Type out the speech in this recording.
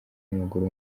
w’amaguru